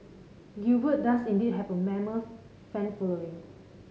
Gilbert does indeed have a mammoth fan following